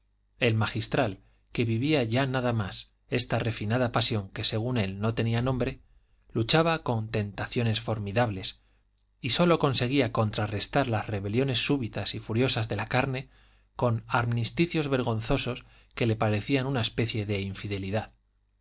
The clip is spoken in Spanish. el magistral que vivía ya nada más de esta refinada pasión que según él no tenía nombre luchaba con tentaciones formidables y sólo conseguía contrarrestar las rebeliones súbitas y furiosas de la carne con armisticios vergonzosos que le parecían una especie de infidelidad